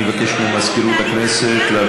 בבקשה, חבר הכנסת דב חנין.